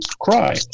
cry